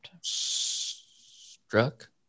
Struck